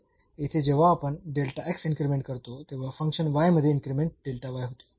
तर येथे जेव्हा आपण इन्क्रीमेंट करतो तेव्हा फंक्शन मध्ये इन्क्रीमेंट होती